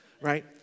Right